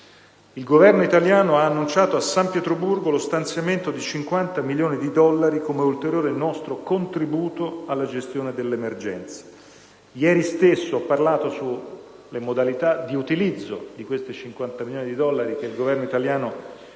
Il Governo italiano ha annunciato a San Pietroburgo lo stanziamento di 50 milioni di dollari come ulteriore nostro contributo alla gestione dell'emergenza. Ieri stesso ho parlato sulle modalità di utilizzo di questi 50 milioni di dollari che il Governo italiano proporrà al